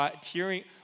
tearing